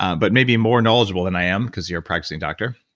but maybe more knowledgeable than i am, cause you're a practicing doctor.